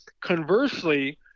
conversely